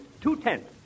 two-tenths